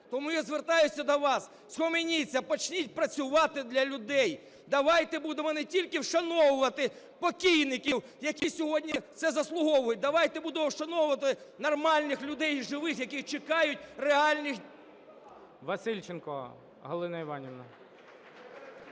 Тому я звертаюся до вас: схаменіться, почніть працювати для людей, давайте будемо не тільки вшановувати покійників, які сьогодні це заслуговують, давайте будемо вшановувати нормальних людей і живих, які чекають реальних…